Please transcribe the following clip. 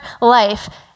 life